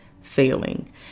failing